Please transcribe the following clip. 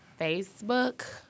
Facebook